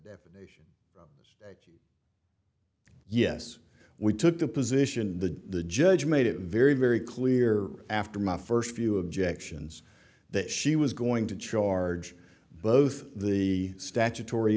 nation as yes we took the position the judge made it very very clear after my first few objections that she was going to charge both the statutory